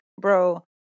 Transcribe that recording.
bro